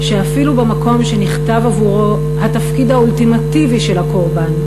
שאפילו במקום שנכתב עבורו התפקיד האולטימטיבי של הקורבן,